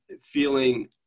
feeling